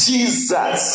Jesus